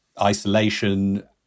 isolation